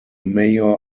mayor